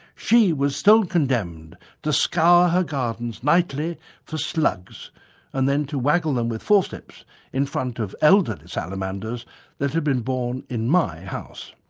she was still condemned to scour her garden nightly for slugs and then to waggle them with forceps in front of elderly salamanders that had been born in my house.